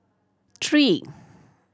three